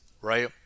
right